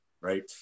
right